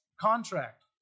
contract